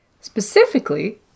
Specifically